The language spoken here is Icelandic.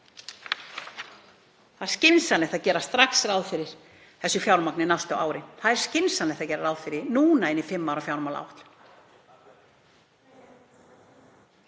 Það er skynsamlegt að gera strax ráð fyrir þessu fjármagni næstu árin. Það er skynsamlegt að gera ráð fyrir því núna í fimm ára fjármálaáætlun.